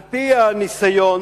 על-פי הניסיון